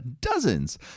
dozens